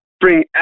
bring